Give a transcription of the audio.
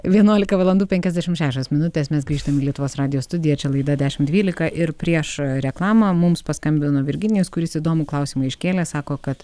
vienuolika valandų penkiasdešimt šešios minutes mes grįžtam į lietuvos radijo studiją čia laida dešimt dvylika ir prieš reklamą mums paskambino virginijus kuris įdomų klausimą iškėlė sako kad